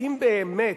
האם באמת,